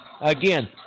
again